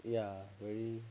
ya very